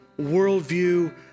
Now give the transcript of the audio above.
worldview